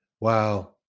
wow